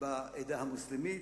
בעדה המוסלמית,